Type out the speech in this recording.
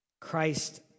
Christ